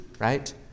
right